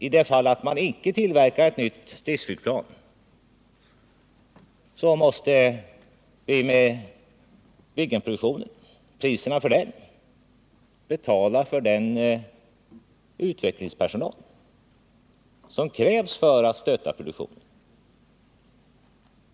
I de fall man icke tillverkar ett nytt stridsplan måste vi med priserna för Viggenproduktionen betala för den utvecklingspersonal som krävs för att stötta produktionen.